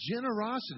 generosity